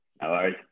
hello